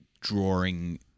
drawing